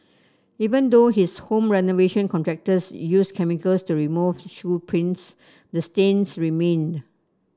even though his home renovation contractors used chemicals to remove shoe prints the stains remained